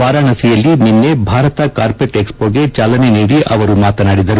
ವಾರಾಣಸಿಯಲ್ಲಿ ನಿನ್ನೆ ಭಾರತ ಕಾರ್ಪೆಟ್ ಎಕ್ಸ್ಮೋಗೆ ಚಾಲನೆ ನೀಡಿ ಅವರು ಮಾತನಾಡಿದರು